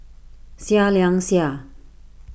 Seah Liang Seah